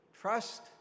Trust